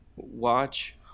Watch